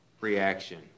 reaction